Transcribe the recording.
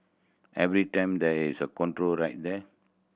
every time there is a control right there